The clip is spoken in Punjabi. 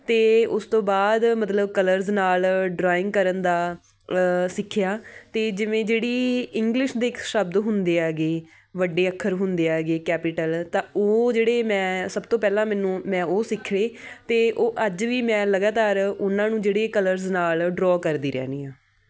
ਅਤੇ ਉਸ ਤੋਂ ਬਾਅਦ ਮਤਲਬ ਕਲਰਜ਼ ਨਾਲ ਡਰਾਇੰਗ ਕਰਨ ਦਾ ਸਿੱਖਿਆ ਅਤੇ ਜਿਵੇਂ ਜਿਹੜੀ ਇੰਗਲਿਸ਼ ਦੇ ਇੱਕ ਸ਼ਬਦ ਹੁੰਦੇ ਐਗੇ ਵੱਡੇ ਅੱਖਰ ਹੁੰਦੇ ਐਗੇ ਕੈਪੀਟਲ ਤਾਂ ਉਹ ਜਿਹੜੇ ਮੈਂ ਸਭ ਤੋਂ ਪਹਿਲਾਂ ਮੈਨੂੰ ਮੈਂ ਉਹ ਸਿੱਖੇ ਅਤੇ ਉਹ ਅੱਜ ਵੀ ਮੈਂ ਲਗਾਤਾਰ ਉਹਨਾਂ ਨੂੰ ਜਿਹੜੇ ਕਲਰਜ਼ ਨਾਲ ਡਰੋਅ ਕਰਦੀ ਰਹਿੰਦੀ ਹਾਂ